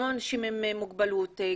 גם אנשים עם מוגבלות,